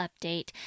update